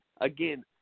again